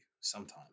sometime